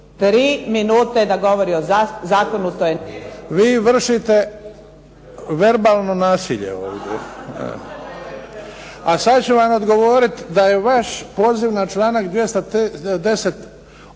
**Bebić, Luka (HDZ)** Vi vršite verbalno nasilje ovdje. A sad ću vam odgovoriti da je vaš poziv na članak 210.